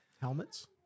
helmets